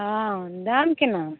हँ दाम कोना